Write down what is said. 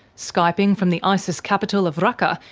skyping from the isis capital of raqqa,